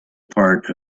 part